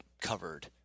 covered